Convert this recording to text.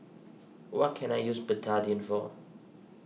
what can I use Betadine for